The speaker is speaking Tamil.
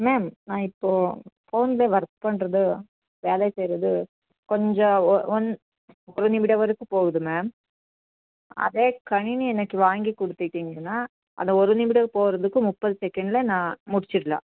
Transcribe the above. மேம் நான் இப்போது ஃபோனில் ஒர்க் பண்ணுறது வேலை செய்கிறது கொஞ்சம் ஒன் ஒரு நிமிடம் வரைக்கும் போகுது மேம் அதே கணினி எனக்கு வாங்கி கொடுத்திட்டிங்கன்னா அந்த ஒரு நிமிடம் போகிறதுக்கு முப்பது செகண்டில் நான் முடிச்சிடலாம்